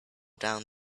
down